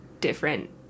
different